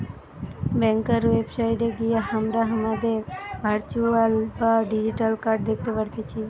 ব্যাংকার website গিয়ে হামরা হামাদের ভার্চুয়াল বা ডিজিটাল কার্ড দ্যাখতে পারতেছি